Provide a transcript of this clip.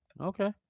okay